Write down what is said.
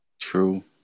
True